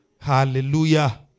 Hallelujah